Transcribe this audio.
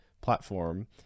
platform